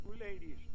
ladies